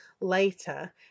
later